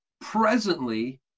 presently